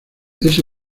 ese